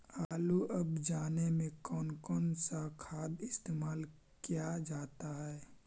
आलू अब जाने में कौन कौन सा खाद इस्तेमाल क्या जाता है?